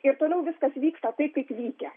ir toliau viskas vyksta taip kaip vykę